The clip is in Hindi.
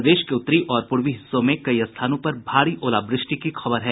प्रदेश के उत्तरी और पूर्वी हिस्सों में कई स्थानों पर भारी ओलावृष्टि की खबर है